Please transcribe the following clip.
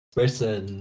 person